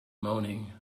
moaning